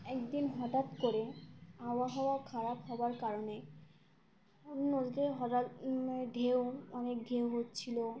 একদিন হঠাৎ করে আবহাওয়া খারাপ হওয়ার কারণে নদীতে হঠাৎ ঢেউ অনেক ঢেউ হচ্ছিল